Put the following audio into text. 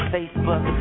Facebook